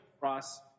Ross